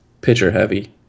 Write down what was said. pitcher-heavy